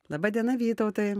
laba diena vytautai